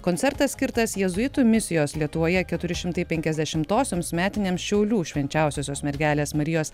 koncertas skirtas jėzuitų misijos lietuvoje keturi šimtai penkiasdešimtosioms metinėms šiaulių šenčiausiosios mergelės marijos